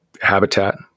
habitat